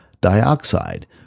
dioxide